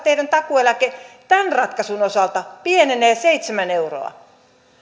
takuueläke tämän ratkaisun osalta pienenee seitsemän euroa